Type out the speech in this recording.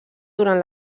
durant